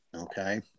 Okay